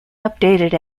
updated